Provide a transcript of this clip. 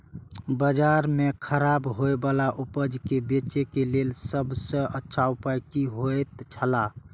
बाजार में खराब होय वाला उपज के बेचे के लेल सब सॉ अच्छा उपाय की होयत छला?